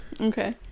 Okay